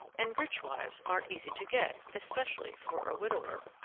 and rich wives aren't easy to get, especially for a widower.